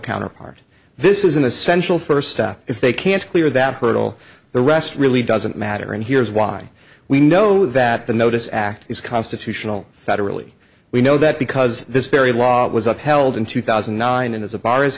counterpart this is an essential first step if they can't clear that hurdle the rest really doesn't matter and here's why we know that the notice act is constitutional federally we know that because this very law was upheld in two thousand and nine and is a bar